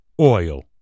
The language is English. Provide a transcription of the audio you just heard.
Oil